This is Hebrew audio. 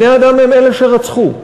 בני-אדם הם שרצחו,